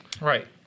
Right